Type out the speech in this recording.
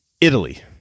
Italy